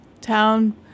town